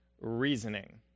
reasoning